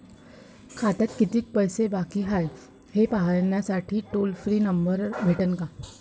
खात्यात कितीकं पैसे बाकी हाय, हे पाहासाठी टोल फ्री नंबर भेटन का?